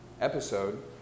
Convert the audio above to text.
episode